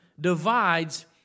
divides